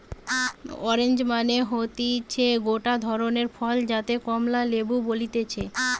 orange মানে হতিছে গটে ধরণের ফল যাকে কমলা লেবু বলতিছে